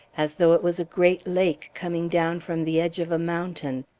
as though it was a great lake coming down from the edge of a mountain,